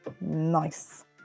nice